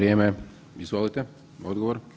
Izvolite odgovor.